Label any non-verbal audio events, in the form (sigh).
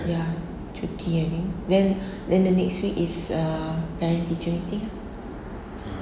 ya cuti I think then (breath) then the next week is err parent teacher meeting lah